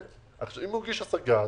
אם הוא הגיש הסגה,